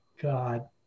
God